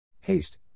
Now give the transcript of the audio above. Haste